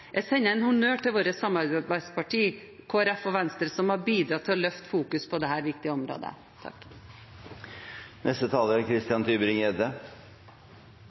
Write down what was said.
Jeg sender en honnør til våre samarbeidspartier, Kristelig Folkeparti og Venstre, som har bidratt til å løfte fokus på dette viktige området. Som første taler i dag uttalte Arbeiderpartiets leder Gahr Støre at folk i Europa er